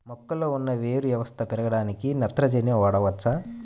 మొక్కలో ఉన్న వేరు వ్యవస్థ పెరగడానికి నత్రజని వాడవచ్చా?